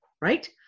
right